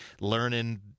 learning